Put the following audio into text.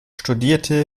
studierte